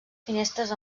finestres